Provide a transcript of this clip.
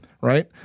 Right